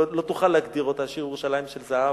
לא תוכל להגדיר אותו, השיר "ירושלים של זהב",